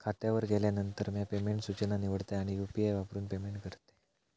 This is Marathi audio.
खात्यावर गेल्यानंतर, म्या पेमेंट सूचना निवडतय आणि यू.पी.आई वापरून पेमेंट करतय